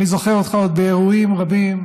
אני זוכר אותך עוד באירועים רבים.